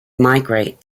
migrate